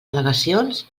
al·legacions